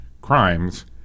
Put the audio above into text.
crimes